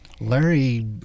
Larry